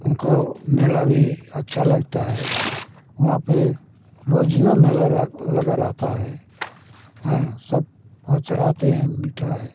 उनको मेला भी अच्छा लगता है उहाँ पे रोजीना मेला लगा रहता है हैं सब वहाँ चढ़ाते है मीठा है